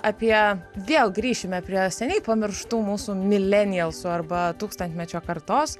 apie vėl grįšime prie seniai pamirštų mūsų milenijusų arba tūkstantmečio kartos